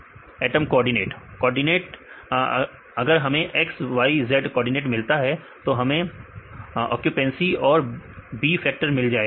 विद्यार्थी atom coordinate coordinate सही है अगर हमें xyz कोऑर्डिनेट मिलता है तो हमें ऑक्युपेंसी और B फैक्टर मिल जाएगा